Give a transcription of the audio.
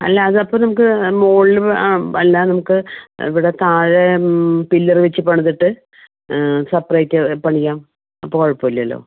അല്ലാ അത് അപ്പം നമുക്ക് മുകളിലും ആ അല്ലാ നമുക്ക് ഇവിടെ താഴേ പില്ലർ വെച്ച് പണിതിട്ട് സെപ്പറേറ്റ് പണിയാം അപ്പോൾ കുഴപ്പമില്ലല്ലോ